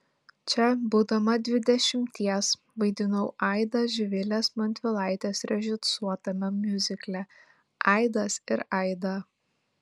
čia būdama dvidešimties vaidinau aidą živilės montvilaitės režisuotame miuzikle aidas ir aida